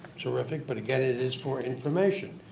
terrific but again, it is for information.